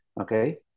okay